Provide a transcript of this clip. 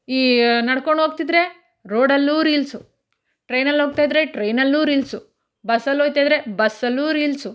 ಈ ನಡ್ಕೊಂಡೋಗ್ತಿದ್ರೆ ರೋಡಲ್ಲೂ ರೀಲ್ಸು ಟ್ರೈನಲ್ಲಿ ಹೋಗ್ತಾಯಿದ್ರೆ ಟ್ರೈನಲ್ಲಿಯೂ ರೀಲ್ಸು ಬಸ್ಸಲ್ಲಿ ಹೋಗ್ತಾಯಿದ್ರೆ ಬಸ್ಸಲ್ಲಿಯೂ ರೀಲ್ಸು